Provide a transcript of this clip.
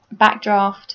backdraft